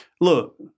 look